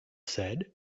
said